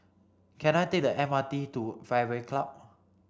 can I take the M R T to Fairway Club